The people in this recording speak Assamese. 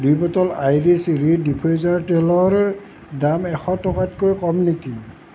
দুই বটল আইৰিছ ৰিড ডিফ্য়ুজাৰ তেলৰ দাম এশ টকাতকৈ কম নেকি